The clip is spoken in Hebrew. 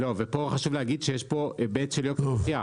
-- ופה חשוב להגיד שיש פה היבט של יוקר מחיה.